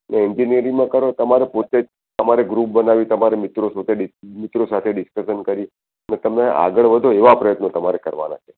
ને એન્જીનિયરીંગમાં કરો તમારે પોતે તમારે ગ્રુપ બનાવી તમારે મિત્રો સોથે ડિ મિત્રો સાથે ડિસક્શન કરીને તમે આગળ વધો એવા પ્રયત્નો તમારે કરવાના છે